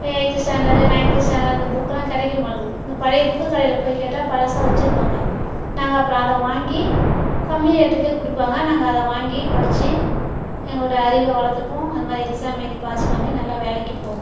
eighth standard ninth standard அந்த புக்குலாம் கிடைக்க மாட்டிங்குது அந்த பழைய புக்கு கடையில் போய் கேட்டால் பழசை வச்சுருப்பாங்க நாங்கள் அப்புறம் அதை வாங்கி கம்மி ரேட்டுக்கே கொடுப்பாங்க நாங்கள் அதை வாங்கி படிச்சு எங்களுடைய அறிவை வளர்த்துப்போம் அது மாரி எக்சாம் எழுதி பாஸ் பண்ணி நல்லா வேலைக்குப் போவோம்